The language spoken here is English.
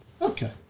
Okay